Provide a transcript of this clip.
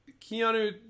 Keanu